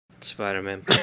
Spider-Man